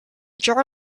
jar